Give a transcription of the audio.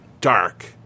dark